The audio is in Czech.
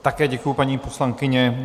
Také děkuji, paní poslankyně.